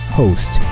host